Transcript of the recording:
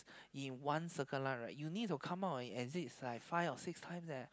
in one Circle-Line right you need to come out and exit like five or six times eh